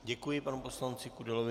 Děkuji panu poslanci Kudelovi.